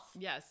Yes